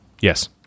Yes